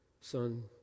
son